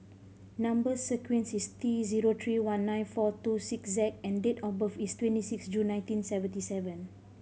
number sequence is T zero three one nine four two six Z and date of birth is twenty six June nineteen seventy seven